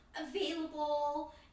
available